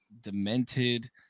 demented